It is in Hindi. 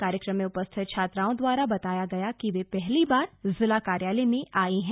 कार्यक्रम मे उपस्थित छात्राओं द्वारा बताया गया कि वे पहली बार जिला कार्यालय में आई हैं